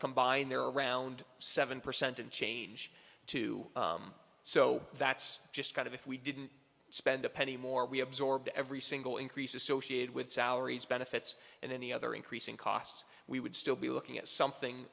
combined they're around seven percent and change too so that's just kind of if we didn't spend a penny more we absorbed every single increase associated with salaries benefits and any other increasing costs we would still be looking at something